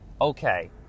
okay